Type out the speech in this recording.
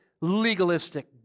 legalistic